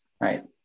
right